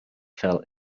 fell